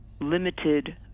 limited